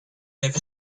jef